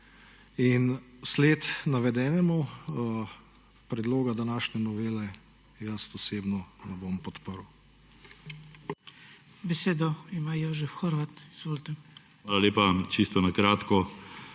In vsled navedenemu predloga današnje novele jaz osebno ne bom podprl.